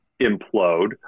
implode